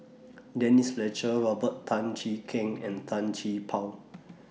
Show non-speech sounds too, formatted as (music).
(noise) Denise Fletcher Robert Tan Jee Keng and Tan Gee Paw